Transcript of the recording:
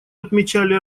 отмечали